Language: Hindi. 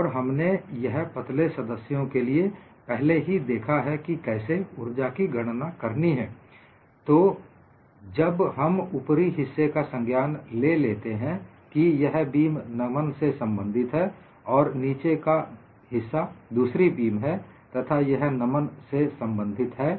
और हमने यह पतले सदस्यों के लिए पहले ही देखा है कि कैसे ऊर्जा की गणना करनी है तो जब हम ऊपरी हिस्से का संज्ञान ले लेते हैं कि यह बीम नमन से संबंधित है और नीचे का हिस्सा दूसरी बीम है तथा यह नमन से संबंधित है